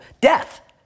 death